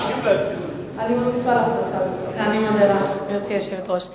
אני מוסיפה לך דקה, חברת הכנסת רונית תירוש.